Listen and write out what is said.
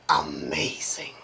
Amazing